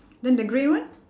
then the green one